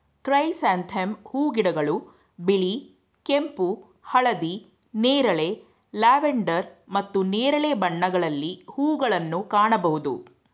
chrysanthemum ಹೂಗಿಡಗಳು ಬಿಳಿ, ಕೆಂಪು, ಹಳದಿ, ನೇರಳೆ, ಲ್ಯಾವೆಂಡರ್ ಮತ್ತು ನೇರಳೆ ಬಣ್ಣಗಳಲ್ಲಿ ಹೂಗಳನ್ನು ಕಾಣಬೋದು